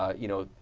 ah you know,